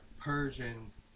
Persians